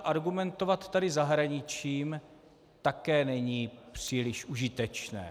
Argumentovat tady zahraničím také není příliš užitečné.